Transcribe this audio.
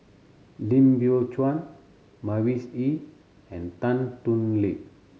Lim Biow Chuan Mavis Hee and Tan Thoon Lip